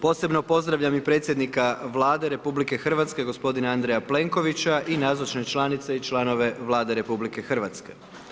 Posebno pozdravljam predsjednika Vlade RH g. Andreja Plenkovića i nazočne članice i članove Vlade Republike Hrvatske.